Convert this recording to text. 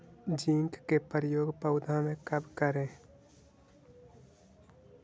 Zinc के प्रयोग पौधा मे कब करे?